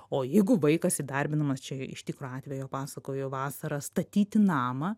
o jeigu vaikas įdarbinamas čia iš tikro atvejo pasakojo vasarą statyti namą